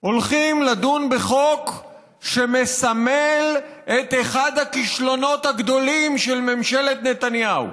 הולכים לדון בחוק שמסמל את אחד הכישלונות הגדולים של ממשלת נתניהו.